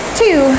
two